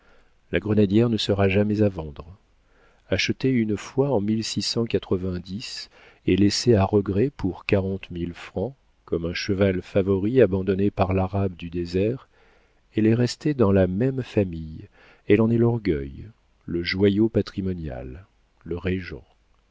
la grenadière ne sera jamais à vendre achetée une fois en et laissée à regret pour quarante mille francs comme un cheval favori abandonné par l'arabe du désert elle est restée dans la même famille elle en est l'orgueil le joyau patrimonial